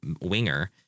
winger